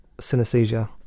synesthesia